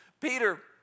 Peter